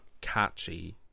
Catchy